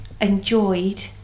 enjoyed